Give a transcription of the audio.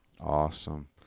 Awesome